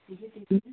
पुग्यो दुई मिनट